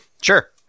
Sure